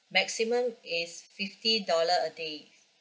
maximum is fifty dollar a day